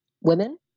women